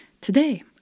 Today